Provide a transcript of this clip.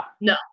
No